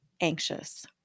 anxious